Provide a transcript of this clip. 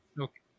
Okay